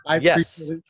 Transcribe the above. Yes